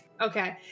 Okay